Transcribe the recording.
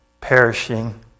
perishing